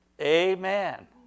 Amen